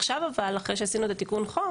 עכשיו, אחרי שעשינו את תיקון החוק